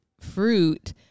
fruit